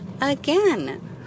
again